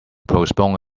postpone